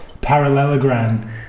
Parallelogram